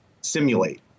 simulate